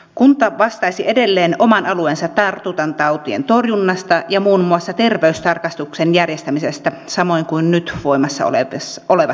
kunta vastaisi edelleen oman alueensa tartuntatautien torjunnasta ja muun muassa terveystarkastuksen järjestämisestä samoin kuin nyt voimassa olevassa laissa